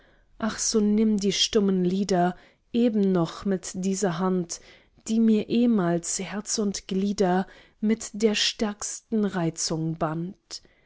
ach so nimm die stummen lieder eben noch mit dieser hand die mir ehmals herz und glieder mit der stärksten reizung band